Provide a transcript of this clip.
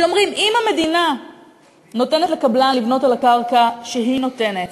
שאומרים: אם המדינה נותנת לקבלן לבנות על הקרקע שהיא נותנת,